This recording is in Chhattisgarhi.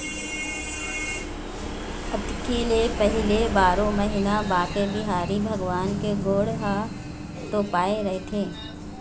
अक्ती ले पहिली बारो महिना बांके बिहारी भगवान के गोड़ ह तोपाए रहिथे